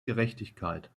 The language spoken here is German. gerechtigkeit